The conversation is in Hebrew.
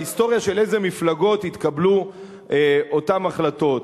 בהיסטוריה של איזה מפלגות התקבלו אותן החלטות?